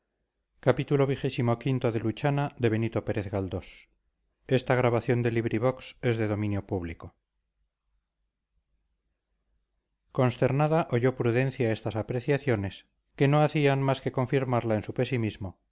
consternada oyó prudencia estas apreciaciones que no hacían más que confirmarla en su pesimismo